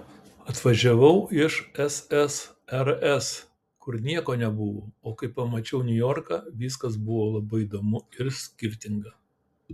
atvažiavau iš ssrs kur nieko nebuvo o kai pamačiau niujorką viskas buvo labai įdomu ir skirtinga